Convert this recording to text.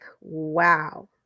wow